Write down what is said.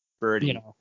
Birdie